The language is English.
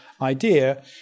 idea